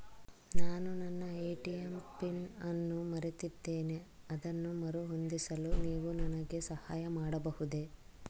ನಾನು ನನ್ನ ATM PIN ಅನ್ನು ಮರೆತಿದ್ದೇನೆ ಅದನ್ನು ಮರುಹೊಂದಿಸಲು ನೀವು ನನಗೆ ಸಹಾಯ ಮಾಡಬಹುದೇ?